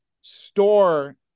store